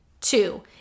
Two